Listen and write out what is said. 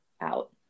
out